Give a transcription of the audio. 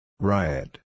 Riot